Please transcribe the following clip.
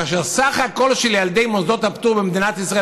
כאשר סך הכול ילדי מוסדות הפטור במדינת ישראל,